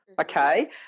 Okay